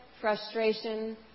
frustration